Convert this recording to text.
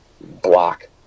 block